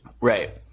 Right